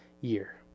year